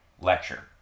lecture